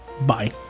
Bye